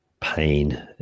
pain